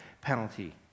penalty